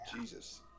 Jesus